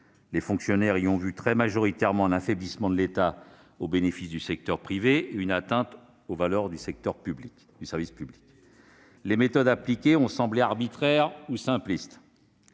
Les fonctionnaires y ont vu, très majoritairement, un affaiblissement de l'État au bénéfice du secteur privé et une atteinte aux valeurs du service public ; en outre, les méthodes appliquées ont semblé arbitraires ou simplistes.